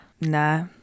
Nah